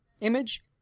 image